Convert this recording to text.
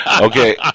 Okay